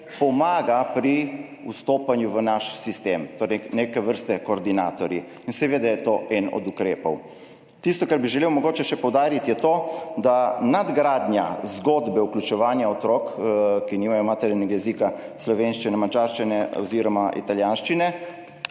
pomaga pri vstopanju v naš sistem, torej neke vrste koordinatorji. In seveda je to eden od ukrepov. Tisto, kar bi želel mogoče še poudariti, je to, da nadgradnja zgodbe vključevanja otrok, ki nimajo maternega jezika slovenščine, madžarščine oziroma italijanščine,